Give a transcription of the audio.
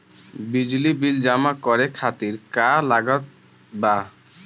बिजली बिल जमा करे खातिर का का लागत बा?